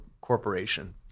corporation